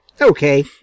Okay